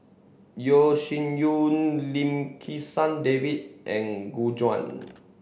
Yeo Shih Yun Lim Kim San David and Gu Juan